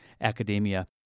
academia